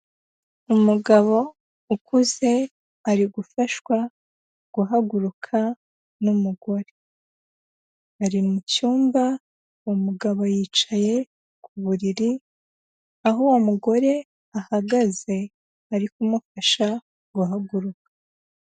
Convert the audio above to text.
Umugabo ukuze ari gufashwa guhaguruka n'umugore, ari mu cyumba umugabo yicaye ku buriri aho uwo mugore ahagaze ari kumufasha guhaguruka.